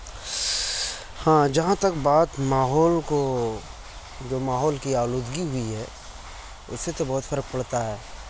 ہاں جہاں تک بات ماحول کو جو ماحول کی آلودگی ہوئی ہے اس سے تو بہت فرق پڑتا ہے